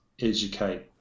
educate